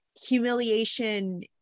humiliation